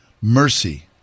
mercy